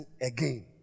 again